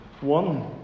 one